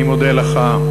אני מודה לך.